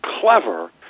clever